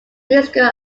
musical